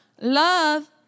love